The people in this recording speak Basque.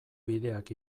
bideak